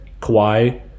Kawhi